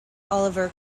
oliver